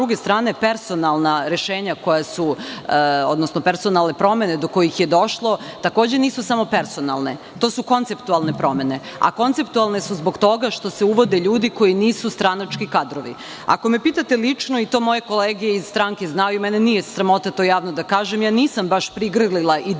me pitate lično, i to moje kolege iz stranke znaju i mene nije sramota to javno da kažem, ja nisam baš prigrlila ideju